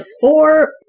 four